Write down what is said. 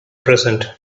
present